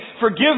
forgive